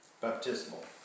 baptismal